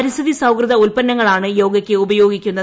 പരിസ്ഥിതി സാഹൃദ ഉൽപ്പന്നങ്ങളാണ് യോഗയ്ക്ക് ഉപയോഗിക്കുന്നത്